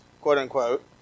quote-unquote